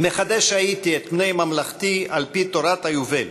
מחדש הייתי את פני ממלכתי על-פי תורת היובל